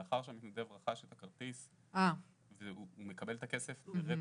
לאחר שהמתנדב רכש את הכרטיס והוא מקבל את הכסף ברטרו.